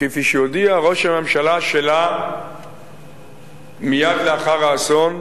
כפי שהודיע ראש הממשלה שלה מייד לאחר האסון,